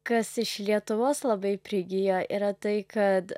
kas iš lietuvos labai prigijo yra tai kad